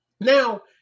Now